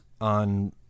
on